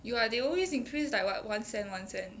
有 [what] they always increase like what one cent one cent